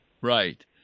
Right